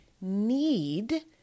need